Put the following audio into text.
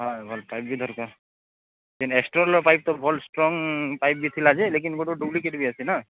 ହଁ ଭଲ୍ ପାଇପ୍ ବି ଦରକାର୍ ଯେନ୍ ଏଷ୍ଟ୍ରଲ୍ର ପାଇପ୍ ତ ଭଲ୍ ଷ୍ଟ୍ରଙ୍ଗ୍ ପାଇପ୍ ବି ଥିଲା ଯେ ଲେକିନ୍ ଗୋଟେ ଗୋଟେ ଡ଼ୁପ୍ଲିକେଟ୍ ବି ଆସେ ନାଁ